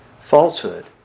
Falsehood